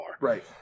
right